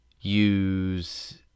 use